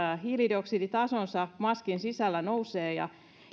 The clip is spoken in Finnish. hiilidioksiditasonsa maskin sisällä nousee ja